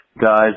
guys